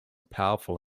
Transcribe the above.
powerful